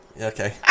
Okay